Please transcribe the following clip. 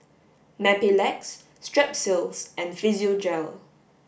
Mepilex Strepsils and Physiogel